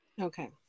Okay